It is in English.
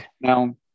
Now